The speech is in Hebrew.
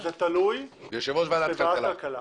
זה תלוי בוועדת חוקה.